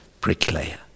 bricklayer